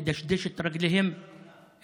לדשדש ברגליהם,